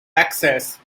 access